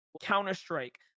Counter-Strike